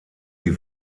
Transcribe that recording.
die